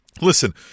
Listen